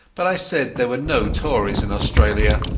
but i said there were no tories in australia,